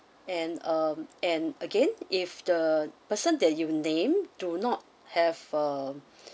and um and again if the person that you name do not have uh